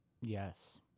Yes